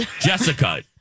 Jessica